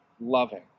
loving